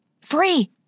Free